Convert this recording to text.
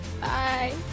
Bye